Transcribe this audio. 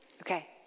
Okay